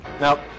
Now